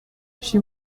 she